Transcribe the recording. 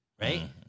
Right